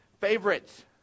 favorites